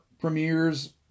premieres